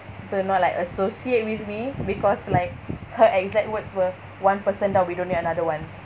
to not like associate with me because like her exact words were one person down we don't need another one